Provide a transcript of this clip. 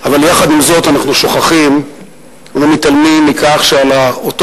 אבל עם זאת אנחנו שוכחים ומתעלמים מכך שעל אותו